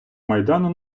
майдану